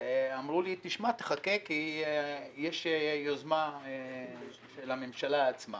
ואמרו לי, תשמע, תחכה כי יש יוזמה של הממשלה עצמה